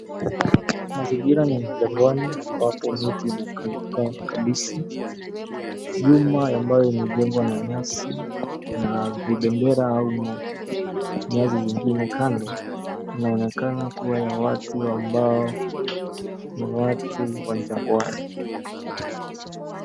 Mazingira ya jangwani ambapo miti imekauka kabisa. Nyumba ambayo imejengwa na nyasi, na vibendera au nyasi zingine kando. Inaonekana kuwa ya watu ambao ni watu wa jangwani.